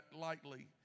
lightly